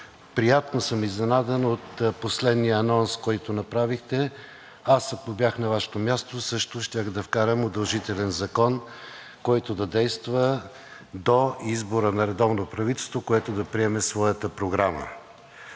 приятно съм изненадан от последния анонс, който направихте. Аз, ако бях на Вашето място, също щях да вкарам удължителен закон, който да действа до избора на редовно правителство, което да приеме своята програма.